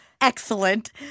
Excellent